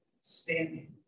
standing